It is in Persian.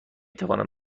توانم